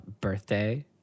birthday